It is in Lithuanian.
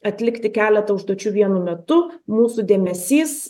atlikti keletą užduočių vienu metu mūsų dėmesys